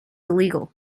illegal